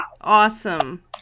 Awesome